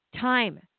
time